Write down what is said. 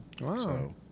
Wow